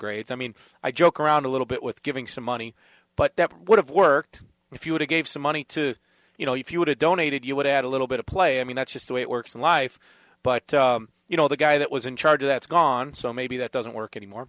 great i mean i joke around a little bit with giving some money but that would have worked if you would a gave some money to you know if you would have donated you would had a little bit of play i mean that's just the way it works in life but you know the guy that was in charge that's gone so maybe that doesn't work anymore